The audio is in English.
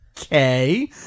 okay